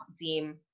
deem